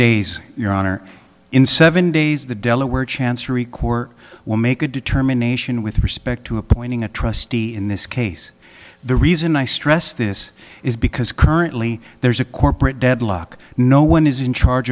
days your honor in seven days the delaware chancery court will make a determination with respect to appointing a trustee in this case the reason i stress this is because currently there is a corporate deadlock no one is in charge